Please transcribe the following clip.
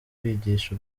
kwigisha